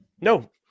No